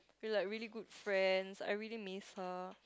we like really good friends I really miss her